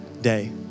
day